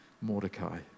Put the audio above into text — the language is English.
Mordecai